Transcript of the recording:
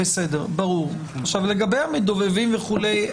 לגבי המדובבים וכולי,